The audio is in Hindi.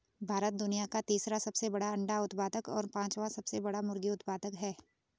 भारत दुनिया का तीसरा सबसे बड़ा अंडा उत्पादक और पांचवां सबसे बड़ा मुर्गी उत्पादक है